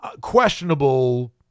questionable